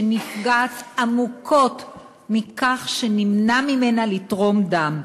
שנפגעת עמוקות מכך שנמנע ממנה לתרום דם.